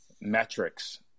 metrics